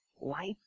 life